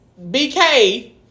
BK